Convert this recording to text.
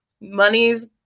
money's